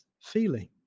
feeling